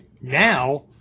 Now